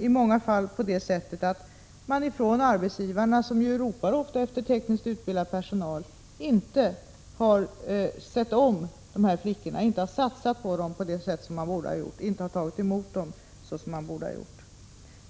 I många fall är det nog så att arbetsgivarna, som ju ofta ropar efter tekniskt utbildad personal, inte har sett om dessa flickor, inte har satsat på dem och inte har tagit emot dem så som man borde ha gjort.